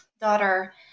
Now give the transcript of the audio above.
daughter